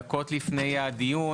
דקות לפני הדיון,